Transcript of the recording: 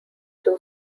two